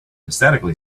aesthetically